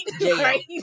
Right